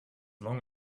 long